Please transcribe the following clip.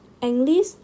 English